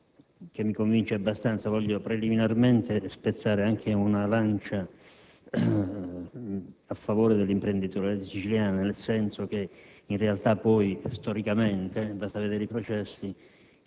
che mi convince abbastanza. Voglio preliminarmente spezzare una lancia a favore dell'imprenditoria siciliana. In realtà, poi, storicamente - basta vedere i processi